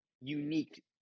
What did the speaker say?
unique